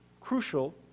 crucial